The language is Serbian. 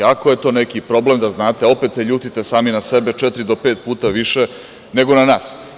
Ako je to neki problem, da znate, opet se ljutite sami na sebe četiri do pet puta više, nego na nas.